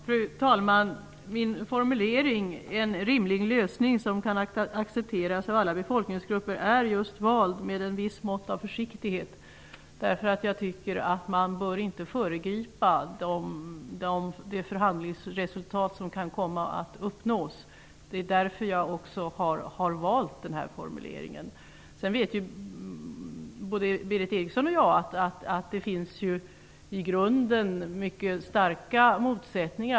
Fru talman! Min formulering ''en rimlig lösning'' som kan accepteras av alla befolkningsgrupper är just vald med ett viss mått av försiktighet. Man bör nämligen inte föregripa det förhandlingsresultat som kan komma att uppnås. Det är därför jag valt denna formulering. Både Berith Eriksson och jag vet dessutom att det i grunden finns mycket starka motsättningar.